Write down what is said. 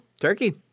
Turkey